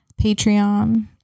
Patreon